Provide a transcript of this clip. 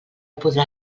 podrà